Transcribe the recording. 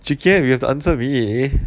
chee ken you have to answer me